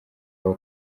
aho